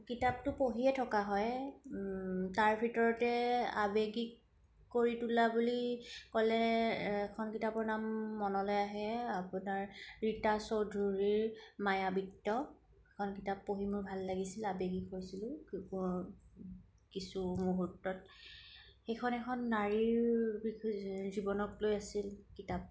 কিতাপটো পঢ়িয়েই থকা হয় তাৰ ভিতৰতে আৱেগিক কৰি তুলা বুলি ক'লে এখন কিতাপৰ নাম মনলৈ আহে আপোনাৰ ৰীতা চৌধুৰীৰৰ মায়াবৃত্ত সেইখন কিতাপ পঢ়ি মোৰ ভাল লাগিছিলে আৱেগিক হৈছিলো কিছু মুহূৰ্তত সেইখন এখন নাৰীৰ জীৱনক লৈ আছিল কিতাপ